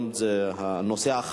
בנושא: